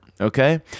okay